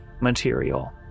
material